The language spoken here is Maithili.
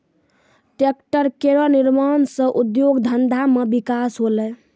ट्रेक्टर केरो निर्माण सँ उद्योग धंधा मे बिकास होलै